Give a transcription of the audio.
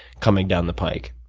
coming down the pike.